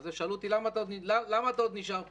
שאלו אותי למה אתה עוד נשאר פה,